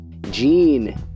Gene